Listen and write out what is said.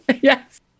Yes